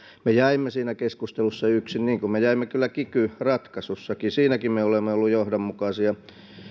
me jäimme siinä keskustelussa yksin niin kuin me jäimme kyllä kiky ratkaisussakin siinäkin me olemme olleet johdonmukaisia